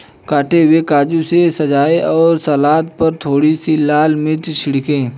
कटे हुए काजू से सजाएं और सलाद पर थोड़ी सी लाल मिर्च छिड़कें